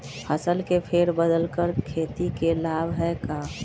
फसल के फेर बदल कर खेती के लाभ है का?